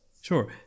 Sure